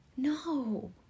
No